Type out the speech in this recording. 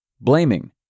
Blaming